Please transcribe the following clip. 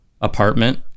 apartment